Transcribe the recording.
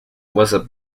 was